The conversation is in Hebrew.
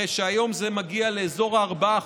הרי שהיום זה מגיע לאזור ה-4%.